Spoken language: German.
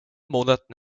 monaten